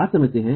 आप समझते हैं